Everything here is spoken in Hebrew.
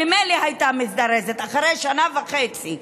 ממילא הייתה מזדרזת, אחרי שנה וחצי.